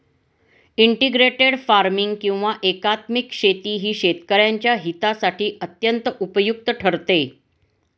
integrated farming किंवा एकात्मिक शेती ही शेतकऱ्यांच्या हितासाठी अत्यंत उपयुक्त ठरते